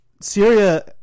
Syria